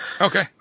Okay